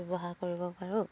ব্যৱহাৰ কৰিব পাৰোঁ